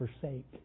forsake